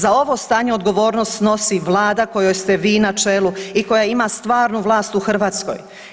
Za ovo stanje odgovornost snosi Vlada kojoj ste vi na čelu i koja ima stvarnu vlast u Hrvatskoj.